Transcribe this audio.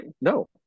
No